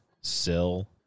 sill